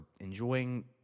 enjoying